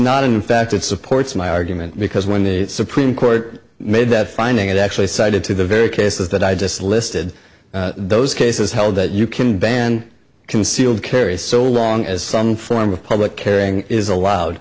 not in fact it supports my argument because when the supreme court made that finding it actually cited to the very cases that i just listed those cases held that you can ban concealed carry so long as some form of public carrying is allowed